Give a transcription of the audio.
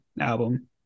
album